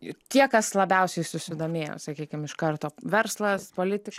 ir tie kas labiausiai susidomėjo sakykim iš karto verslas politika